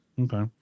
Okay